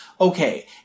okay